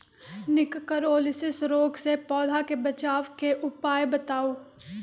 निककरोलीसिस रोग से पौधा के बचाव के उपाय बताऊ?